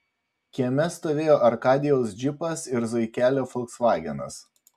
kieme stovėjo arkadijaus džipas ir zuikelio folksvagenas